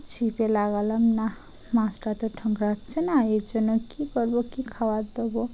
ছিপে লাগালাম না মাছটা তো ঠোকরাচ্ছে না এই জন্য কী করবো কী খাওয়ার দেবো